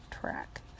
track